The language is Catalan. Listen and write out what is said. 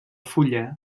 fulla